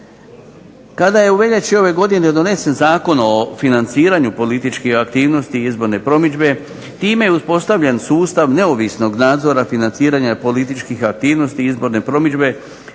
Kada je u veljači ove godine donesen Zakon o financiranju političkih aktivnosti izborne promidžbe time je uspostavljen sustav neovisnog nadzora financiranja političkih aktivnosti izborne promidžbe